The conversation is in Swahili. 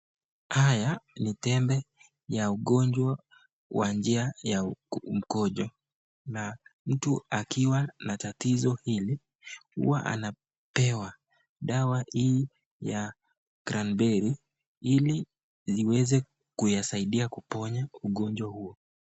Haya ni tembe ya ugonjwa wa njia ya mkojo na mtu akiwa na tatizo hili huwa anapewa dawa hii ya Cranberry ili ziweze kuyasaidia kuponya ugonjwa huo.